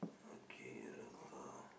okay the car